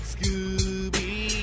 Scooby